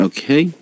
Okay